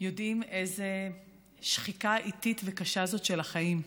יודעים איזו שחיקה איטית וקשה זו של החיים.